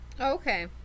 okay